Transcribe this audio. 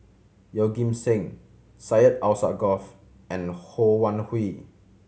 Yeoh Ghim Seng Syed Alsagoff and Ho Wan Hui